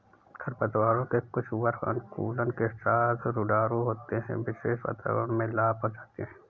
खरपतवारों के कुछ वर्ग अनुकूलन के साथ रूडरल होते है, विशेष वातावरणों में लाभ पहुंचाते हैं